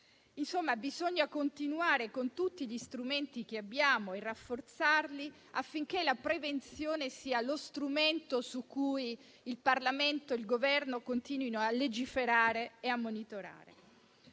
tipo 1. Bisogna continuare con tutti gli strumenti che abbiamo e rafforzarli affinché la prevenzione sia lo strumento su cui il Parlamento e il Governo continuino a legiferare e a monitorare.